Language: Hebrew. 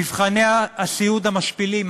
מבחני הסיעוד המשפילים,